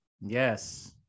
Yes